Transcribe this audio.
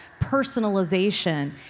personalization